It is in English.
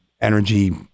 energy